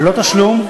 ללא תשלום,